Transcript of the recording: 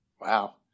Wow